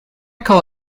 call